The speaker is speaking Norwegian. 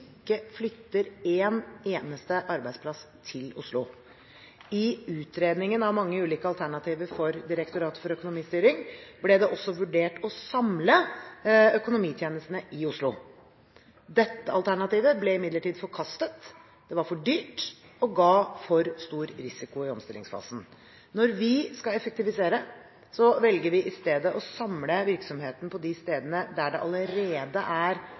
utredningen av mange ulike alternativer for Direktoratet for økonomistyring ble det også vurdert å samle økonomitjenestene i Oslo. Dette alternativet ble imidlertid forkastet, det var for dyrt og ga for stor risiko i omstillingsfasen. Når vi skal effektivisere, velger vi i stedet å samle virksomheten på de stedene der det allerede er